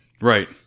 right